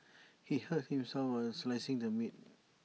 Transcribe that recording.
he hurt himself while slicing the meat